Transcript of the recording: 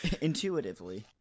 intuitively